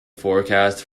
forecast